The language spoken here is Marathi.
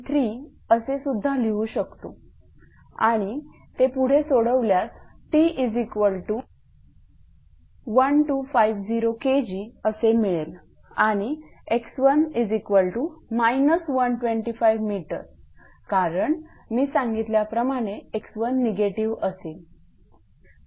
3 असे सुद्धा लिहू शकतो आणि ते पुढे सोडवल्यास T1250 Kg असे मिळेल आणि x1 125 m कारण मी सांगितल्याप्रमाणे 𝑥1 निगेटिव्ह असेल